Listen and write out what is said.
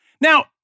Now